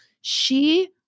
she-